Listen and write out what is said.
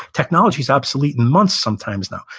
technology's obsolete in months sometimes now.